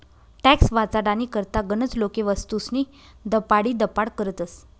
tax वाचाडानी करता गनच लोके वस्तूस्नी दपाडीदपाड करतस